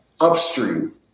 upstream